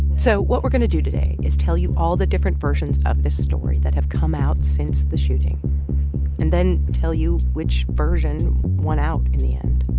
so what we're going to do today is tell you all the different versions of this story that have come out since the shooting and then tell you which version won out in the end.